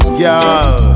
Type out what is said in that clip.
girl